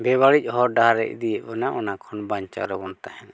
ᱵᱮᱵᱟᱲᱤᱡ ᱦᱚᱨ ᱰᱟᱦᱟᱨᱮ ᱤᱫᱤᱭᱮᱫ ᱵᱚᱱᱟ ᱚᱱᱟᱠᱷᱚᱱ ᱵᱟᱧᱪᱟᱣ ᱨᱮᱵᱚᱱ ᱛᱟᱦᱮᱱᱟ